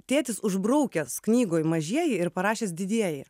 tėtis užbraukęs knygoj mažieji ir parašęs didieji